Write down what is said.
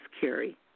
carry